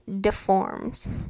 deforms